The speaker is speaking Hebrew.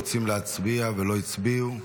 רוצים להצביע ולא הצביעו?